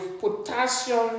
potassium